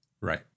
right